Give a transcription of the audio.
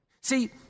See